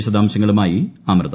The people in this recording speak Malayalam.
വിശദാംശങ്ങളുമായി അമൃത